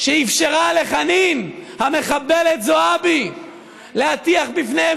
שאפשרה לחנין המחבלת זועבי להטיח בפניהם